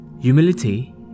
humility